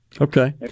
Okay